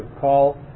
call